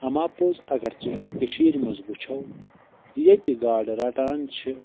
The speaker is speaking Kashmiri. اَما پوٚز اگر چہِ أسۍ کٔشیٖرِ منٛز وٕچھو ییٚتہِ گاڈٕ رٹان چھِ